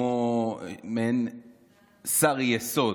מעין שר יסוד.